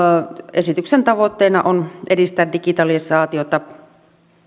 esityksen tavoitteena on edistää digitalisaatiota